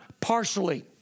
partially